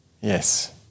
Yes